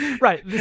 Right